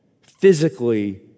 physically